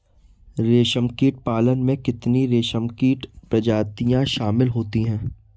रेशमकीट पालन में कितनी रेशमकीट प्रजातियां शामिल होती हैं?